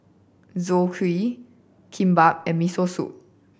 Zosui Kimbap and Miso Soup